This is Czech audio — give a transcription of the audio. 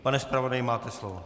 Pane zpravodaji, máte slovo.